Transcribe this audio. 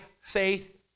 faith